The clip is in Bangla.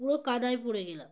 পুরো কাদায় পড়ে গেলাম